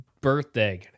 birthday